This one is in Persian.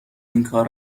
اینکار